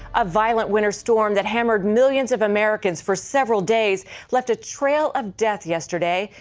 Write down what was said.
a violent winter storm that hammered millions of americans for several days left a trail of death yesterday.